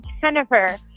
Jennifer